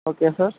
okay sir